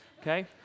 okay